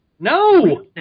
No